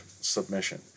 submission